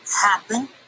happen